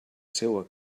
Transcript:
seua